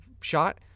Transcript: shot